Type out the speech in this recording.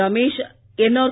Pramesh NR